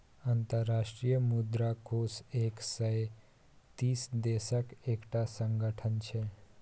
अंतर्राष्ट्रीय मुद्रा कोष एक सय तीस देशक एकटा संगठन छै